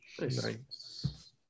Nice